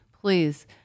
please